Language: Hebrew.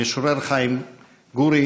המשורר חיים גורי,